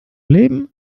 leben